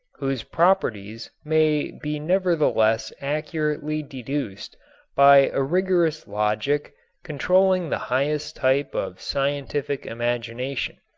whose properties may be nevertheless accurately deduced by a rigorous logic controlling the highest type of scientific imagination.